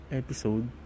episode